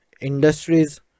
Industries